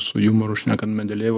su jumoru šnekant mendelejevo